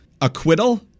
acquittal